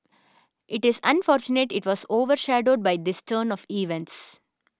it is unfortunate it was over shadowed by this turn of events